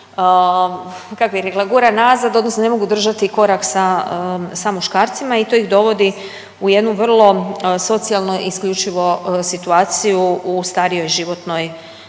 kako bih rekla gura nazad odnosno ne mogu držati korak sa, sa muškarcima i to ih dovodi u jednu vrlo socijalno isključivo situaciju u starijoj životnoj